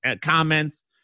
comments